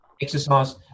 exercise